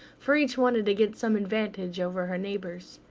for each wanted to get some advantage over her neighbours.